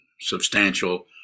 substantial